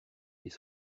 les